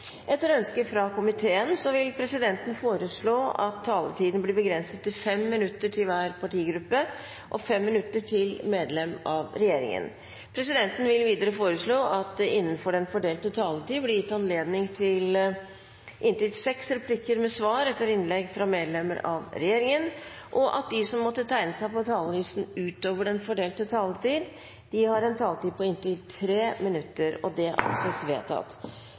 Etter ønske fra kirke-, utdannings- og forskningskomiteen vil presidenten foreslå at taletiden blir begrenset til 5 minutter til hver partigruppe og 5 minutter til medlem av regjeringen. Videre vil presidenten foreslå at det blir gitt anledning til inntil seks replikker med svar etter innlegg fra medlemmer av regjeringen innenfor den fordelte taletid, og at de som måtte tegne seg på talerlisten utover den fordelte taletid, får en taletid på inntil 3 minutter. – Det anses vedtatt.